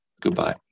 Goodbye